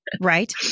Right